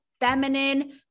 feminine